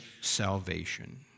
salvation